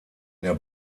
der